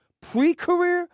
pre-career